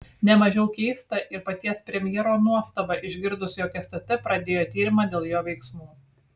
ne mažiau keista ir paties premjero nuostaba išgirdus jog stt pradėjo tyrimą dėl jo veiksmų